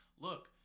look